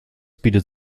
bietet